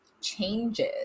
changes